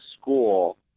school